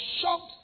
shocked